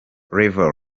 level